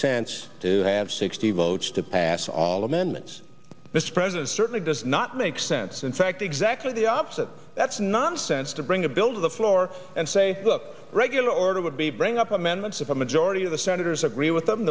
sense to have sixty votes to pass all amendments mispresent certainly does not make sense in fact exactly the opposite that's nonsense to bring a bill to the floor and say look regular order would be bring up amendments if a majority of the senators agree with them